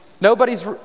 nobody's